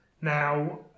Now